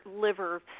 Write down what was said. liver